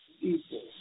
equal